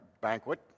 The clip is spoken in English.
banquet